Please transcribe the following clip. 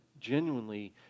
genuinely